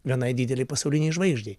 vienai didelei pasaulinei žvaigždei